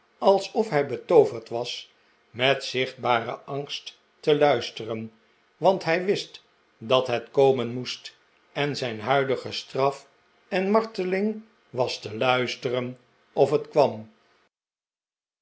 alsof hij betooverd was met zichtbaren angst te luisteren want hij wist dat het komen moest en zijn huidige straf en marteling was te luisteren of het kwam